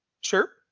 Sure